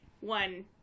one